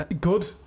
Good